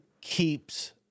keeps